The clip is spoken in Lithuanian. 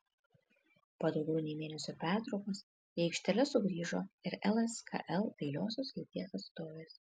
po daugiau nei mėnesio pertraukos į aikšteles sugrįžo ir lskl dailiosios lyties atstovės